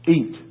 eat